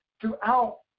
Throughout